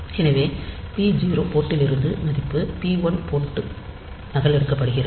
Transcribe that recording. எனவே p0 போர்ட்டிலிருந்து மதிப்பு p1 போர்ட்டில் நகலெடுக்கப்படுகிறது